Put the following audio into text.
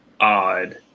odd